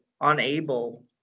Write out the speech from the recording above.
unable